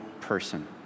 person